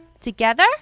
Together